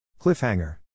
Cliffhanger